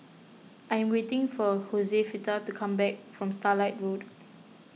I am waiting for Josefita to come back from Starlight Road